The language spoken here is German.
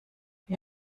wie